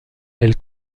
elles